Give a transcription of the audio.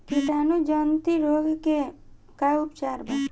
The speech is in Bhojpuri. कीटाणु जनित रोग के का उपचार बा?